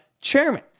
chairman